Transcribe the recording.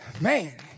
Man